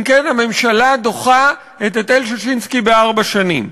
אם כן, הממשלה דוחה את היטל ששינסקי בארבע שנים.